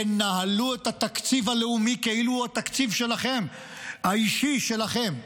נהלו את התקציב הלאומי כאילו הוא התקציב האישי שלכם,